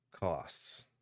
costs